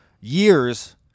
Years